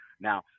Now